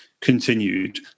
continued